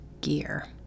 gear